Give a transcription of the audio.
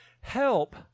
Help